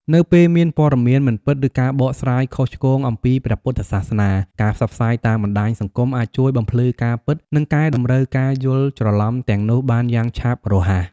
នៅពេលមានព័ត៌មានមិនពិត ឬការបកស្រាយខុសឆ្គងអំពីព្រះពុទ្ធសាសនា ការផ្សព្វផ្សាយតាមបណ្តាញសង្គមអាចជួយបំភ្លឺការពិត និងកែតម្រូវការយល់ច្រឡំទាំងនោះបានយ៉ាងឆាប់រហ័ស។